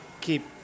keep